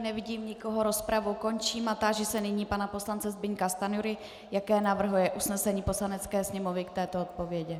Nevidím nikoho, rozpravu končím a táži se nyní pana poslance Zbyňka Stanjury, jaké navrhuje usnesení Poslanecké sněmovny k této odpovědi.